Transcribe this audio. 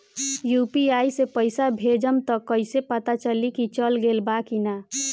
UPI से पइसा भेजम त कइसे पता चलि की चल गेल बा की न?